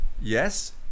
Yes